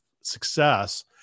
success